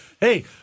Hey